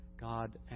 God